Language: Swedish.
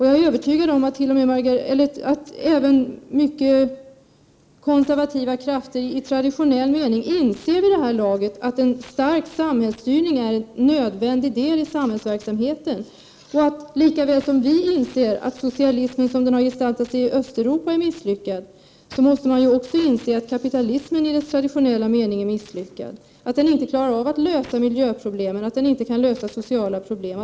Jag är övertygad om att även mycket konservativa krafter i traditionell mening vid det här laget inser att en stark samhällsstyrning är en nödvändig del av samhällsverksamheten. Lika väl som vi inser att socialismen som den har gestaltat sig i Östeuropa är misslyckad, måste man ju också inse att kapitalismen i dess traditionella mening är misslyckad, att den inte klarar av att lösa miljöproblemen och de sociala problemen.